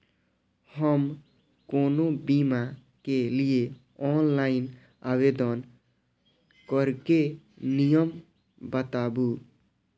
हम कोनो बीमा के लिए ऑनलाइन आवेदन करीके नियम बाताबू?